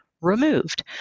removed